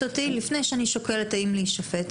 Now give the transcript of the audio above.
אותי אז לפני שאני שוקלת האם להישפט,